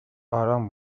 آرام